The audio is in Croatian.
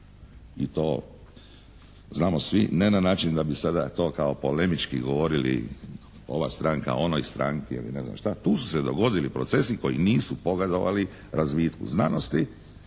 i to znamo svi ne na način da bi sada to kao polemički govorili ova stranka onoj stranci ili ne znam šta, tu su se dogodili procesi koji nisu pogodovali razvitku znanosti